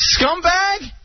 Scumbag